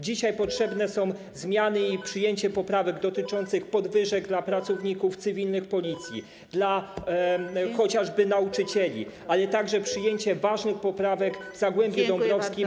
Dzisiaj potrzebne są zmiany i przyjęcie poprawek dotyczących podwyżek dla pracowników cywilnych Policji, dla chociażby nauczycieli, ale także przyjęcie ważnych poprawek w sprawie Zagłębia Dąbrowskiego.